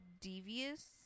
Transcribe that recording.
devious